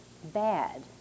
bad